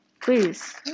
please